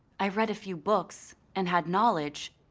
i read a few books and had knowledge.